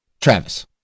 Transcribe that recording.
Travis